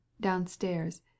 downstairs